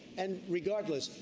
and regardless,